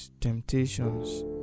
temptations